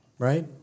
Right